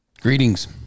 Greetings